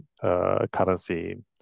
currency